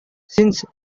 since